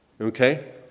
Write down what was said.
Okay